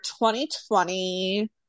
2020